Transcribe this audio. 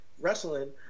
wrestling